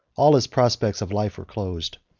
all his prospects of life were closed.